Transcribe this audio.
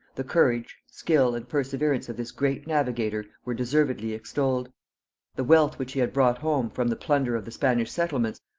the courage, skill and perseverance of this great navigator were deservedly extolled the wealth which he had brought home, from the plunder of the spanish settlements,